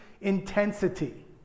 intensity